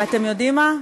ואתם יודעים מה,